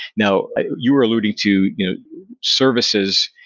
now, you were alluding to services,